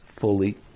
fully